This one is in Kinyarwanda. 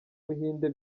buhinde